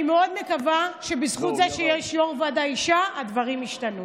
אני מאוד מקווה שבזכות זה שיש יו"ר ועדה אישה הדברים ישתנו.